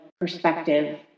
perspective